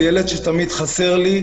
הוא ילד שתמיד חסר לי,